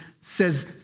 says